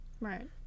Right